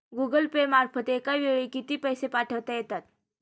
Google Pay मार्फत एका वेळी किती पैसे पाठवता येतात?